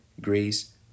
Greece